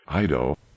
Ido